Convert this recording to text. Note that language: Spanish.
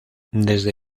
desde